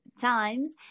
times